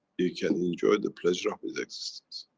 you can enjoy the pleasure of its existence.